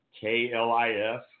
K-L-I-F